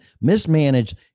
mismanaged